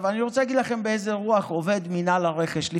אני רוצה להגיד לכם באיזו רוח עובד מינהל הרכש.